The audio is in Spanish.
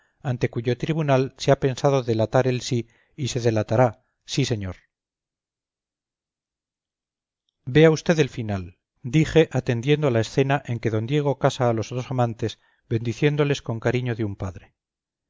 ante cuyo tribunal se ha pensado delatar el sí y se delatará sí señor vea vd el final dije atendiendo a la tierna escena en que d diego casa a los dos amantes bendiciéndoles con cariño de un padre